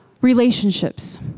Relationships